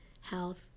health